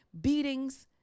beatings